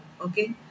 Okay